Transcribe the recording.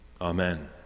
Amen